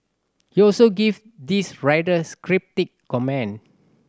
he also gave this rather cryptic comment